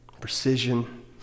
precision